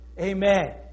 Amen